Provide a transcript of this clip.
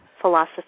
philosophy